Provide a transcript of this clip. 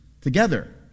together